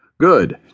Good